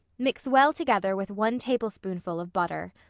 mix well together with one tablespoonful of butter.